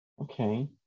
Okay